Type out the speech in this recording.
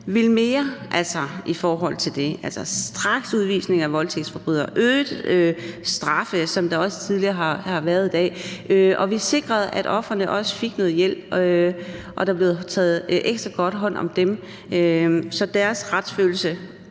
med til mere i forhold til det – altså straksudvisninger af voldtægtsforbrydere og hævede straffe, som det også er blevet sagt tidligere i dag – og at vi sikrede, at ofrene også fik noget hjælp, og at der blev taget ekstra godt hånd om dem, så deres retsfølelse